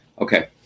Okay